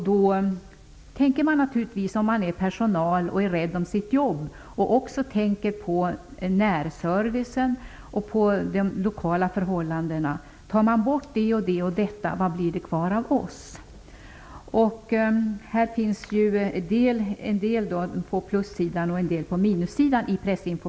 Då tänker naturligtvis personalen, som är rädd om sitt jobb och också tänker på närservicen och de lokala förhållandena: Om den ena funktionen efter den andra tas bort, vad blir det kvar av oss? I pressinformationen finns det en del på plussidan och en del på minussidan.